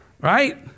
Right